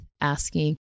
asking